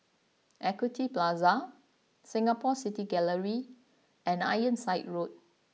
Equity Plaza Singapore City Gallery and Ironside Road